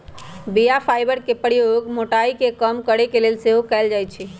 बीया फाइबर के प्रयोग मोटाइ के कम करे के लेल सेहो कएल जाइ छइ